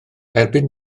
erbyn